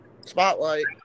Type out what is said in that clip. spotlight